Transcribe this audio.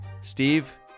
Steve